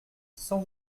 sans